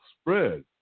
spread